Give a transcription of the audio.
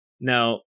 Now